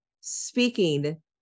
speaking